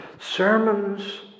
Sermons